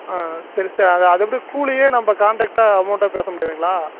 ஆ சரி சார் அது அது எப்படி கூலியே நம்ம காண்ட்ரேக்டாக அமௌண்ட்டாக பேச முடியாதுங்களா